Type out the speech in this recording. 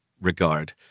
regard